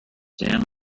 damn